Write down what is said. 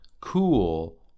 cool